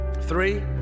Three